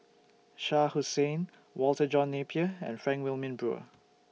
Shah Hussain Walter John Napier and Frank Wilmin Brewer